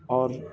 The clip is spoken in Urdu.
اور